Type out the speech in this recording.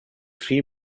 three